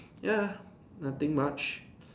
ya nothing much